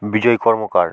বিজয় কর্মকার